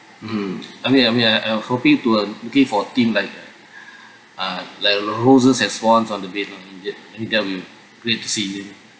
hmm I mean I mean I'm I'm hoping to uh looking for theme like a a like uh roses and swans on the bed lah in the end I mean that'll be a greatest evening